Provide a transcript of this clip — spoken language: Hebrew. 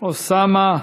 אוסאמה סעדי.